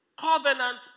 covenant